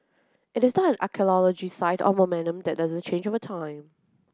it is not an archaeological site or that doesn't change over time